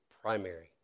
primary